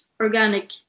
organic